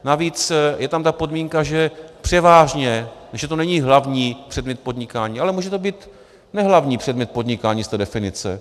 Navíc je tam ta podmínka, že převážně, že to není hlavní předmět podnikání, ale může to být nehlavní předmět podnikání z té definice.